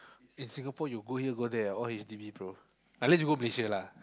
in Singapore you go here go there ah all H_D_B bro unless you go Malaysia lah